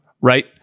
right